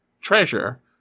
treasure